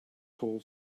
tall